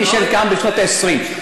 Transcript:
היא נשאלה גם בשנות ה-20.